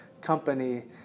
company